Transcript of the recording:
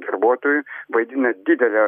darbuotojų vaidina didelę